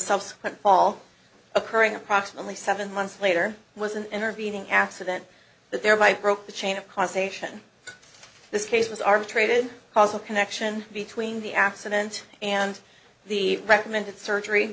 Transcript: subsequent fall occurring approximately seven months later was an intervening accident that thereby broke the chain of causation this case was arbitrated causal connection between the accident and the recommended surgery